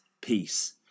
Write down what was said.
peace